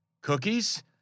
Cookies